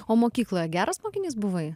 o mokykloje geras mokinys buvai